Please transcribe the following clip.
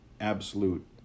absolute